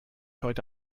heute